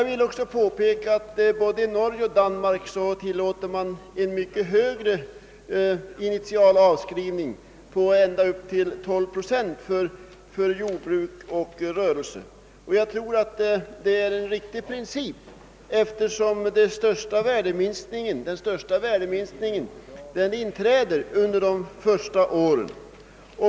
I både Norge och Danmark tillåts initialavskrivning på ända upp till 12 procent för byggnader i jordbruk och rörelse. Jag tror att denna princip är riktig, eftersom den största värdeminskningen inträder under de första åren.